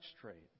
trade